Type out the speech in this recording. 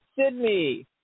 Sydney